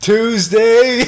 Tuesday